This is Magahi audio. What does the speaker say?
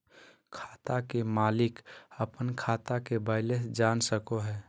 खाता के मालिक अपन खाता के बैलेंस जान सको हय